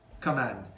command